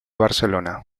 barcelona